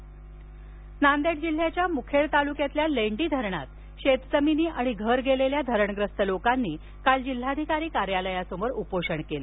नांदेड उपोषण नांदेड जिल्ह्याच्या मुखेड तालुक्यातील लेंडी धरणात शेतजमीनी आणि घर गेलेल्या धरणग्रस्त लोकांनी काल जिल्हाधिकारी कार्यालयासमोर उपोषण केलं